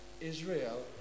Israel